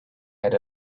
had